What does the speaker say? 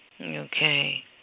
Okay